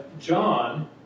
John